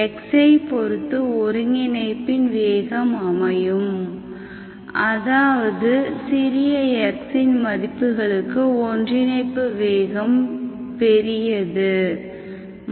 x ஐப் பொறுத்து ஒருங்கிணைப்பின் வேகம் அமையும் அதாவது சிறிய x இன் மதிப்புகளுக்கு ஒருங்கிணைப்பு வேகம் பெரியது